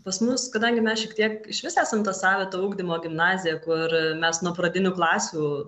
pas mus kadangi mes šiek tiek išvis esam ta savito ugdymo gimnazija kur mes nuo pradinių klasių